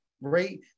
right